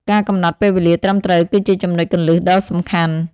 ការកំណត់ពេលវេលាត្រឹមត្រូវគឺជាចំណុចគន្លឹះដ៏សំខាន់។